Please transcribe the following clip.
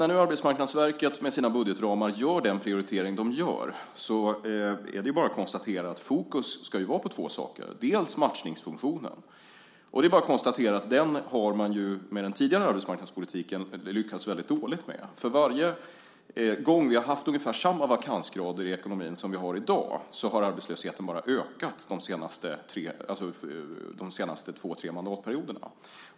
När nu Arbetsmarknadsverket med sina budgetramar gör den prioritering man gör kan vi konstatera att fokus ska vara på två saker. Den första är matchningsfunktionen, och den har man med den tidigare arbetsmarknadspolitiken lyckats väldigt dåligt med. Varje gång vi har haft ungefär samma vakansgrader i ekonomin som vi har i dag har arbetslösheten bara ökat de senaste två tre mandatperioderna.